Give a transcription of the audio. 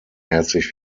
herzlich